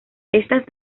estas